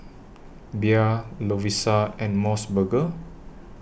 Bia Lovisa and Mos Burger